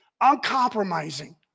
uncompromising